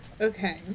okay